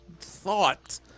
thought